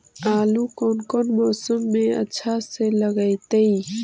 आलू कौन मौसम में अच्छा से लगतैई?